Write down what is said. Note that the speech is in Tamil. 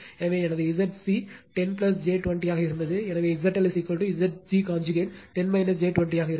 எனவே எனது Zg 10 j 20 ஆக இருந்தது எனவே ZL Zg conjugate 10 j 20 ஆக இருக்கும்